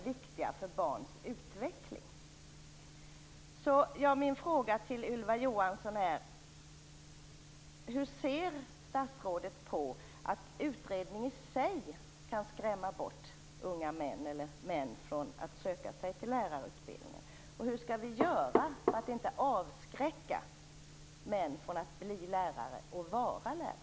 Vi vet också att män är viktiga för barns utveckling.